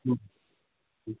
हुँ हुँ